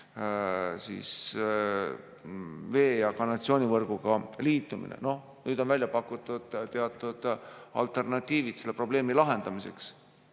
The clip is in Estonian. vee- ja kanalisatsioonivõrguga liitumine. No nüüd on välja pakutud teatud alternatiivid selle probleemi lahendamiseks.